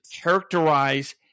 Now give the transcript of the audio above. characterize